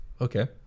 Okay